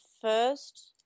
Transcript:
first